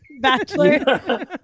Bachelor